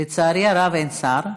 גברתי היושבת-ראש, אין שר.